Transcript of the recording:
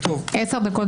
אחרי